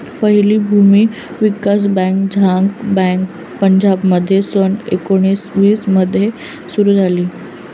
पहिली भूमी विकास बँक झांग पंजाबमध्ये सन एकोणीसशे वीस मध्ये सुरू झाली